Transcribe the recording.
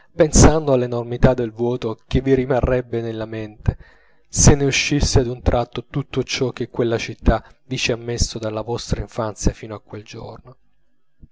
pensando all'enormità del vuoto che vi rimarrebbe nella mente se ne uscisse a un tratto tutto ciò che quella città vi ci ha messo dalla vostra infanzia fino a quel giorno